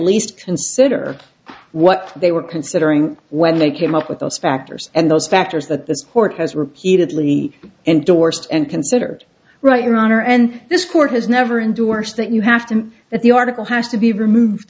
least consider what they were considering when they came up with those factors and those factors that this court has repeatedly endorsed and considered right your honor and this court has never endorsed that you have to that the article has to be removed